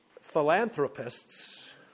Philanthropists